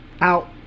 out